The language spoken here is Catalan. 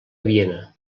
viena